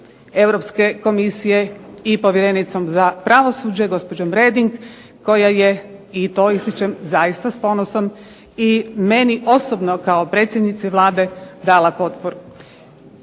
Europske komisije i povjerenicom za pravosuđe gospođom Reding koja je i to ističem zaista s ponosom i meni osobno kao predsjednici Vlade dala potporu.